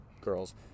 girls